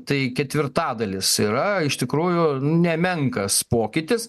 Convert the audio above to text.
tai ketvirtadalis yra iš tikrųjų nemenkas pokytis